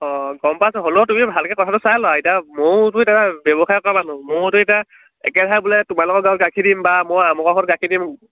অঁ গম পাইছে হ'লেও তুমি ভালকৈ কথাটো চাই লোৱা এতিয়া ময়োতো এতিয়া ব্যৱসায় কৰা মানুহ ময়োতো এতিয়া একেৰাহে বোলে তোমালোকৰ গাঁৱত গাখীৰ দিম বা মই আমুকৰ ঘৰত গাখীৰ দিম